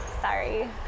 Sorry